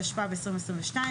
התשפ"ב-2022,